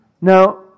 Now